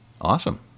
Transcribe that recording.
Awesome